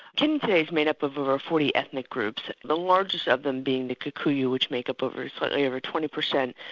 kenya today is made up of over forty ethnic groups, the largest of them being the kikuyu which make up over twenty over twenty percent,